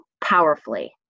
powerfully